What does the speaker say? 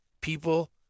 People